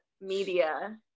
media